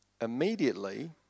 Immediately